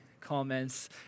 comments